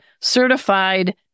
Certified